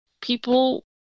people